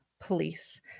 police